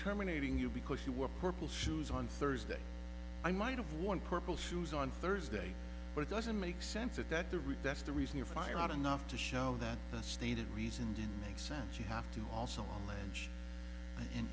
terminating you because you were purple shoes on thursday i might have one purple shoes on thursday but it doesn't make sense that that the redress the reason you find out enough to show that the stated reason didn't make sense you have to also on